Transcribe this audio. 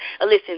Listen